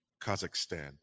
Kazakhstan